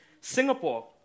Singapore